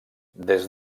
des